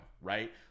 right